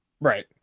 Right